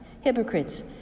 hypocrites